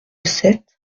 sept